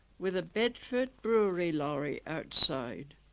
with a bedford brewery lorry outside,